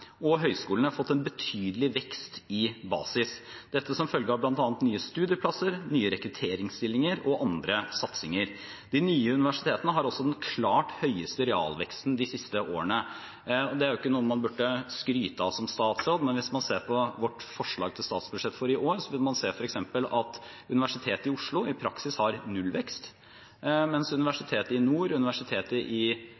og høyskolene fått en betydelig vekst i basis, bl.a. som følge av nye studieplasser, nye rekrutteringsstillinger og andre satsinger. De nye universitetene har også den klart høyeste realveksten de siste årene, og det er jo ikke noe man burde skryte av som statsråd, men hvis man ser på vårt forslag til statsbudsjett for i år, vil man se at Universitetet i Oslo i praksis har nullvekst, mens